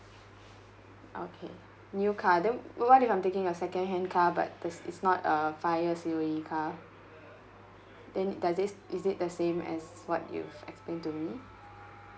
okay new car then what if I'm taking a second hand car but this is not a five years C_O_E car then does it is it the same as what you've explained to me